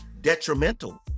detrimental